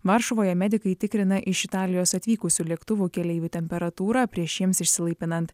varšuvoje medikai tikrina iš italijos atvykusių lėktuvų keleivių temperatūrą prieš šiems išsilaipinant